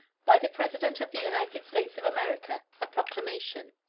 by the president of the united states of america. a proclamation.